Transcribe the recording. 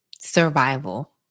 survival